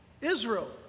Israel